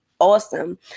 awesome